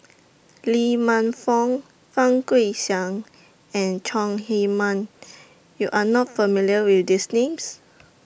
Lee Man Fong Fang Guixiang and Chong Heman YOU Are not familiar with These Names